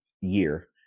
year